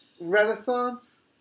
renaissance